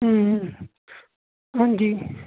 ਹਾਂਜੀ